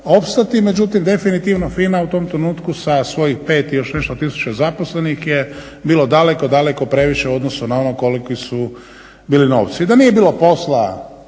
opstati međutim definitivno FINA u tom trenutku sa svojih 5 i još nešto tisuća zaposlenih je bilo daleko, daleko previše u odnosu na ono koliki su bili novci. I da nije bilo posla